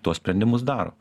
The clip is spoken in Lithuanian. tuos sprendimus daro